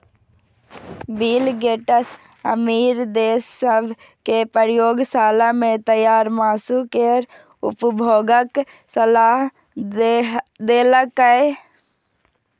bill Gates अमीर देश सभ कें प्रयोगशाला मे तैयार मासु केर उपभोगक सलाह देलकैए